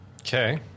Okay